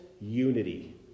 unity